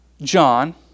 John